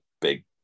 big